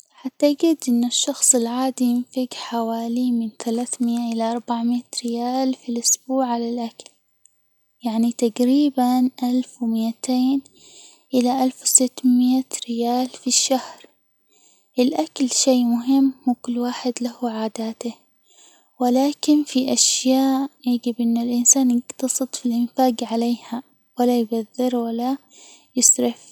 أعتجد إن الشخص العادي ينفج حوالي من ثلاثمائة إلى أربعمائة ريال في الأسبوع على الأكل، يعني تجريبًا ألف ومئتين إلى ألف وستمائة ريال في الشهر، الأكل شي مهم وكل واحد له عاداته، ولكن في أشياء يجب إن الإنسان يجتصد في الإنفاج عليها، ولا يبذر، ولا يسرف.